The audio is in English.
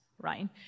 right